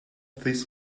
this